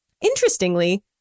Interestingly